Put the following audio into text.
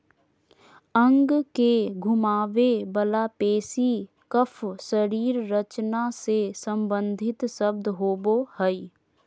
अंग के घुमावे वला पेशी कफ शरीर रचना से सम्बंधित शब्द होबो हइ